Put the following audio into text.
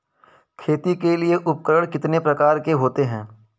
खेती के लिए उपकरण कितने प्रकार के होते हैं?